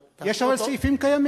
אבל יש הרי סעיפים קיימים,